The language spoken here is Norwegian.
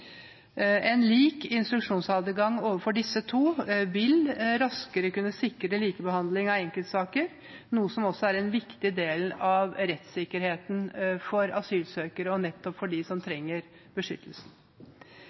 En lik instruksjonsadgang overfor disse to vil raskere kunne sikre likebehandling av enkeltsaker, noe som også er en viktig del av rettssikkerheten for asylsøkere og for dem som trenger beskyttelse.